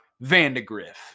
Vandegrift